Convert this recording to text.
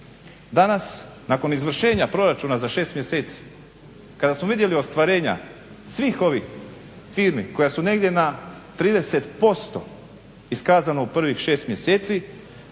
Danas, nakon izvršenja proračuna za 6 mjeseci kada smo vidjeli ostvarenja svih ovih firmi koje su negdje na 30% iskazano u prvih 6 mjeseci,